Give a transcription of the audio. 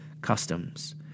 customs